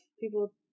people